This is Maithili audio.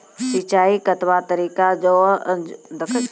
सिंचाई कतवा तरीका सअ के जेल सकैत छी, कून कून विधि ऐछि?